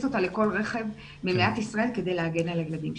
ולהכניס אותה לכל רכב במדינת ישראל כדי להגן על הילדים שלנו.